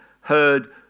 heard